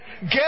Get